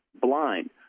blind